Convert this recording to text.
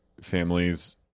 families